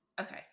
okay